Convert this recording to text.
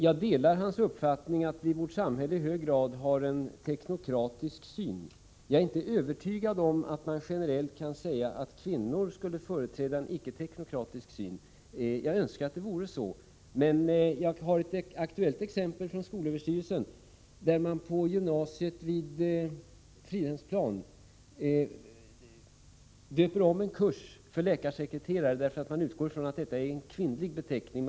Jag delar hans uppfattning att vi i vårt samhälle i hög grad har en teknokratisk syn. Jag är inte övertygad om att man generellt kan säga att kvinnor skulle företräda en icke-teknokratisk syn — jag önskar att det vore så. Jag har ett aktuellt exempel från skolöverstyrelsen. På gymnasiet vid Fridhemsplan döper man om en kurs för läkarsekreterare därför att man utgår från att detta är en kvinnlig beteckning.